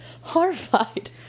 horrified